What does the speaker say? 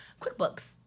QuickBooks